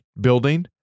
building